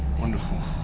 wonderful.